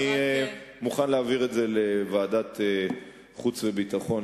אני מוכן להעביר את הנושא לדיון בוועדת החוץ והביטחון,